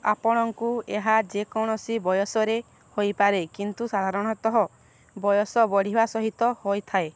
ଆପଣଙ୍କୁ ଏହା ଯେକୌଣସି ବୟସରେ ହେଇପାରେ କିନ୍ତୁ ସାଧାରଣତଃ ବୟସ ବଢ଼ିବା ସହିତ ହେଇଥାଏ